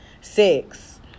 Six